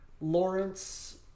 Lawrence